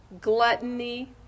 gluttony